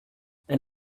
elles